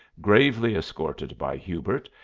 gravely escorted by hubert,